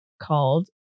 called